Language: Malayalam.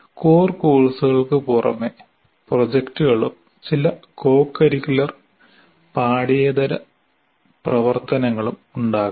കോർ കോഴ്സുകൾക്ക് പുറമെ പ്രോജക്റ്റുകളും ചില കോ കരിക്കുലർ പാഠ്യേതര പ്രവർത്തനങ്ങളും ഉണ്ടാകാം